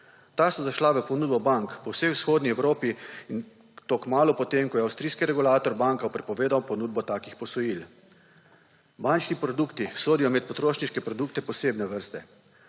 Ta so zašla v ponudbo bank po vsej Vzhodni Evropi, in to kmalu potem, ko je avstrijski regulator bankam prepovedal ponudbo takih posojil. Bančni produkti sodijo med potrošniške produkte posebne vrste.